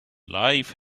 life